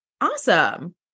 Awesome